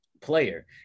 player